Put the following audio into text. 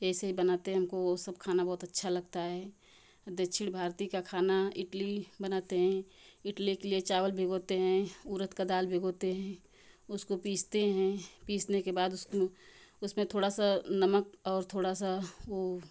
जैसे ही बनाते हैं हमको वो सब खाना बहुत अच्छा लगता है दक्षिण भारती का खाना इडली बनाते हैं इडली के लिए चावल भिगोते हैं उड़द का दाल भिगोते हैं उसको पीसते हैं पीसने के बाद उसको उसमें थोड़ा सा नमक और थोड़ा सा वो